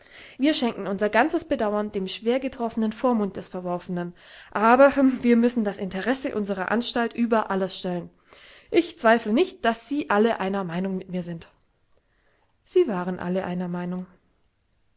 wir schenken unser ganzes bedauern dem schwer getroffenen vormund des verworfenen aber rhm wir müssen das interesse unserer anstalt über alles stellen ich zweifle nicht daß sie alle einer meinung mit mir sind sie waren alle einer meinung